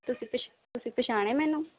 ਤੁਸੀਂ ਪਛ ਤੁਸੀਂ ਪਛਾਣਿਆ ਮੈਨੂੰ